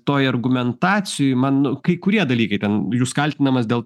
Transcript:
toj argumentacijoj man nu kai kurie dalykai ten jūs kaltinamas dėl